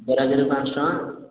ବରାଦିରେ ପାଞ୍ଚ ଶହ ଟଙ୍କା